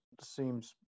seems